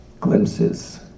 glimpses